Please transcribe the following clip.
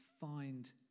find